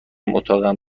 اقامتم